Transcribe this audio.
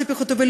ציפי חוטובלי,